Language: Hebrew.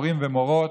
מורים ומורות,